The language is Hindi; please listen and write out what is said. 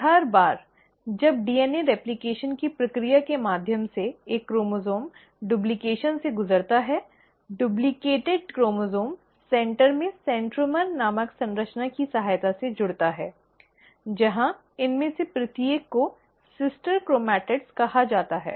और हर बार जब डीएनए प्रतिकृति की प्रक्रिया के माध्यम से एक क्रोमोसोम् डूप्लकेशन से गुजरता है डुप्लिकेट क्रोमोसोम् केंद्र में सेंट्रोमीटर'centromere' नामक संरचना की सहायता से जुड़ता है जहां इनमें से प्रत्येक को 'सिस्टर क्रोमैटिड्स"sister chromatids' कहा जाता है